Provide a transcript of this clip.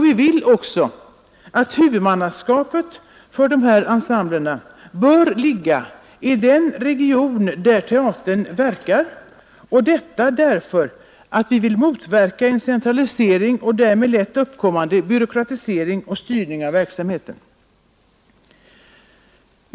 Vi vill också att huvudmannaskapet för dessa ensembler skall ligga i den region där teatern verkar, detta för att motverka centralisering och därmed lätt uppkommande byråkratisering och styrning av verksamheten.